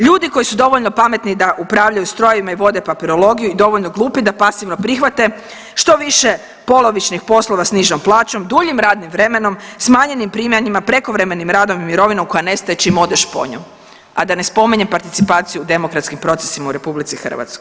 Ljudi koji su dovoljno pametni da upravljaju strojevima i vode papirologiju i dovoljno glupi da pasivno prihvate, štoviše, polovičnih poslova s nižom plaćom, duljim radnim vremenom, smanjenim primanjima, prekovremenim radom i mirovinom koja nestaje čim odeš po nju, a da ne spominjem participaciju u demokratskim procesima u RH.